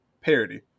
parody